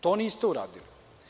To niste uradili.